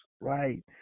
right